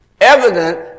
evident